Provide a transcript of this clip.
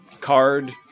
card